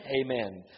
Amen